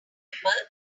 remember